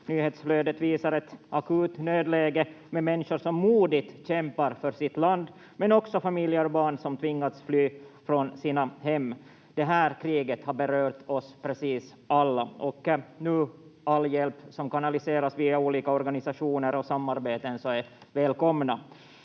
Nyhetsflödet visar ett akut nödläge med människor som modigt kämpar för sitt land, men också familjer och barn som tvingats fly från sina hem. Det här kriget har berört oss precis alla, och all hjälp som nu kanaliseras via olika organisationer och samarbeten är välkommen.